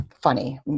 funny